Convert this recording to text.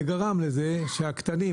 זה גרם לזה שהקטנים,